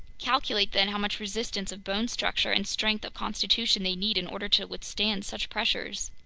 calculate, then, how much resistance of bone structure and strength of constitution they'd need in order to withstand such pressures!